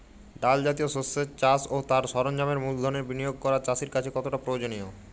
ডাল জাতীয় শস্যের চাষ ও তার সরঞ্জামের মূলধনের বিনিয়োগ করা চাষীর কাছে কতটা প্রয়োজনীয়?